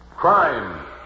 Crime